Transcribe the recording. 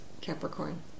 Capricorn